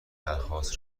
درخواست